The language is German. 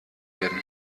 werden